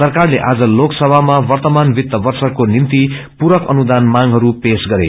सरकारले आज लोकसभामा वव्रमान वित्त वर्खको निम्ति पूरक अनुदान मांगहरू पेश गरे